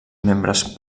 membres